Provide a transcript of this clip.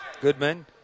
Goodman